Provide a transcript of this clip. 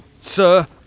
Sir